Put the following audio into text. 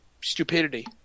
stupidity